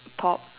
pop